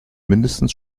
mindestens